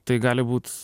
tai gali būt